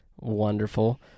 Wonderful